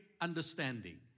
understanding